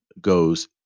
goes